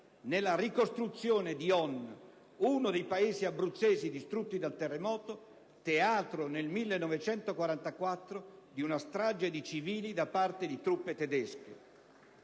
nella ricostruzione di Onna, uno dei paesi abruzzesi distrutti dal terremoto, teatro nel 1944 di una strage di civili da parte di truppe tedesche.